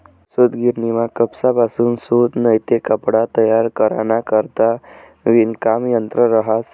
सूतगिरणीमा कपाशीपासून सूत नैते कपडा तयार कराना करता विणकाम यंत्र रहास